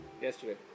Yesterday